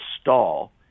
stall